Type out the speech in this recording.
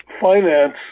finance